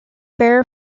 bear